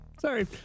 Sorry